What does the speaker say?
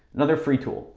another free tool.